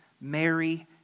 Mary